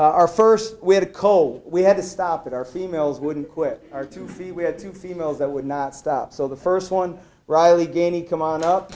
our first we had a cold we had to stop that our females wouldn't quit or to the we had two females that would not stop so the first one riley gagne come on up